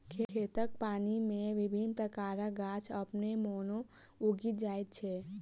खेतक पानि मे विभिन्न प्रकारक गाछ अपने मोने उगि जाइत छै